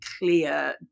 clear